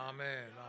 Amen